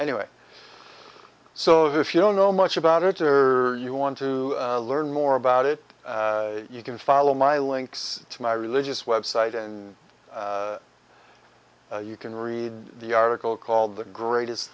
anyway so if you don't know much about it or you want to learn more about it you can follow my links to my religious website and you can read the article called the greatest